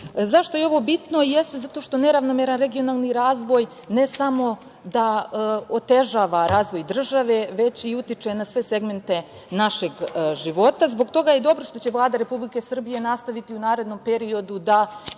je ovo bitno? Zato što neravnomeran regionalni razvoj ne samo da otežava razvoj države, već i utiče na sve segmente našeg života. Zbog toga je dobro što će Vlada Republike Srbije nastaviti u narednom periodu da